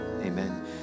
amen